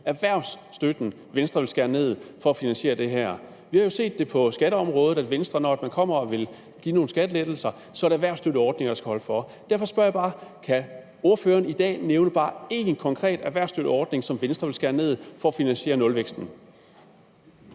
erhvervsstøtten for at finansiere det her. Vi har set på skatteområdet, at når Venstre vil finansiere nogle skattelettelser, er det erhvervsstøtteordningerne, der skal holde for. Derfor spørger jeg bare: Kan ordføreren i dag nævne bare en konkret erhvervsstøtteordning, som Venstre vil skære ned på for at finansiere en nulvækst?